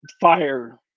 Fire